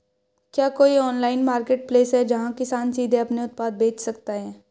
क्या कोई online marketplace है जहां किसान सीधे अपने उत्पाद बेच सकते हैं?